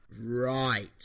Right